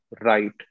right